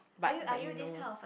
but but you know